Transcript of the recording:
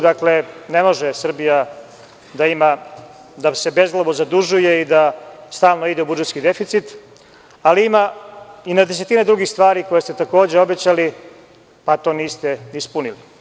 Dakle, ne može Srbija da se bezglavo zadužuje i da stalno ide u budžetski deficit, ali ima i na desetine drugih stvari koje ste takođe obećali, a to niste ispunili.